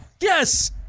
Yes